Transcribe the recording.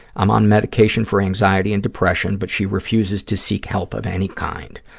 i'm on medication for anxiety and depression, but she refuses to seek help of any kind.